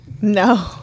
No